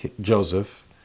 Joseph